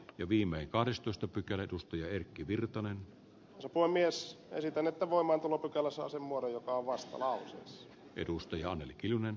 jo viimein kahdestoista pykälä edustaja erkki virtanen supon mies ei esitän että voimaantulosäännös saa sen muodon joka on vastalauseessa